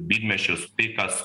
didmiesčius tai kas